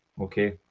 Okay